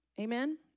Amen